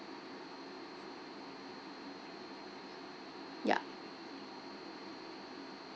ya